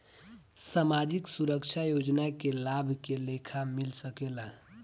सामाजिक सुरक्षा योजना के लाभ के लेखा मिल सके ला?